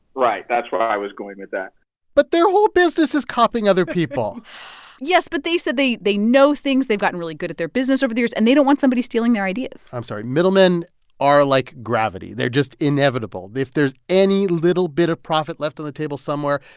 right. that's where i was going with that but their whole business is copying other people yes, but they said they they know things. they've gotten really good at their business over years. and they don't want somebody stealing their ideas i'm sorry. middlemen are like gravity. they're just inevitable. if there's any little bit of profit left on the table somewhere,